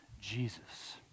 Jesus